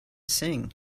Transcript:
sing